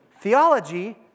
Theology